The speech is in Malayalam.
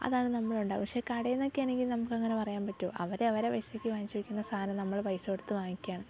അതാണ് നമ്മളൊണ്ടാ പക്ഷേ കടയിൽനിന്നൊക്കെ ആണെങ്കിൽ നമുക്കങ്ങനെ പറയാൻ പറ്റുവോ അവരവരെ പൈസക്ക് മേടിച്ച് വയ്ക്കുന്ന സാധനം നമ്മൾ പൈസ കൊടുത്ത് വാങ്ങിക്കുവാണ്